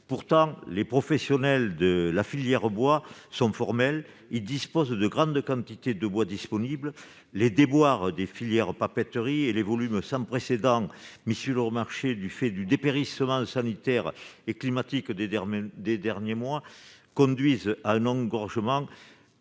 bois. Les professionnels de la filière bois sont pourtant formels : ils disposent de grandes quantités de bois, car les déboires des filières papeteries et les volumes sans précédent mis sur le marché du fait des dépérissements sanitaires et climatiques des derniers mois conduisent à un engorgement